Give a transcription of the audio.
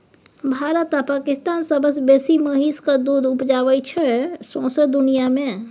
भारत आ पाकिस्तान सबसँ बेसी महिषक दुध उपजाबै छै सौंसे दुनियाँ मे